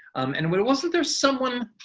and wasn't there someone,